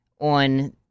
on